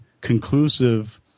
conclusive